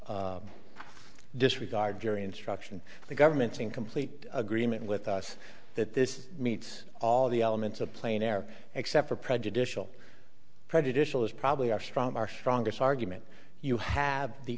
reckless disregard jury instruction the government's in complete agreement with us that this meets all the elements of plain air except for prejudicial prejudicial is probably our strong our strongest argument you have the